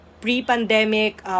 pre-pandemic